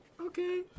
Okay